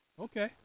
Okay